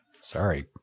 Sorry